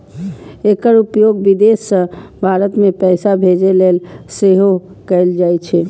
एकर उपयोग विदेश सं भारत मे पैसा भेजै लेल सेहो कैल जाइ छै